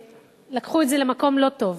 לקחו את זה למקום לא טוב